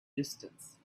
distance